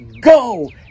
go